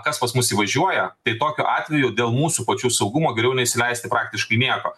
kas pas mus įvažiuoja tai tokiu atveju dėl mūsų pačių saugumo geriau neįsileisti praktiškai nieko